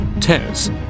TESS